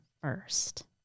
first